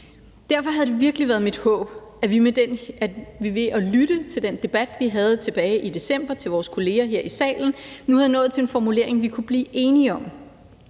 Derfor havde det virkelig været mit håb, at vi ved at lytte til den debat, vi havde tilbage i december med vores kolleger her i salen, nu var nået frem til en formulering, vi kunne blive enige om.